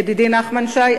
ידידי נחמן שי,